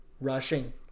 rushing